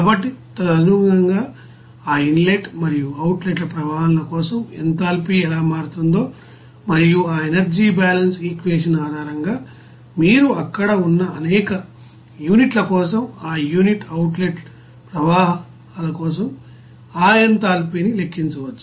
కాబట్టి తదనుగుణంగా ఆ ఇన్లెట్ మరియు అవుట్లెట్ ప్రవాహాల కోసం ఎంథాల్పీ ఎలా మారుతుందో మరియు ఆ ఎనర్జీబాలన్స్ ఈక్వేషన్ ఆధారంగా మీరు అక్కడ ఉన్న అనేక యూనిట్ల కోసం ఆ ఇన్లెట్ అవుట్లెట్ ప్రవాహాల కోసం ఆ ఎంథాల్పీని లెక్కించవచ్చు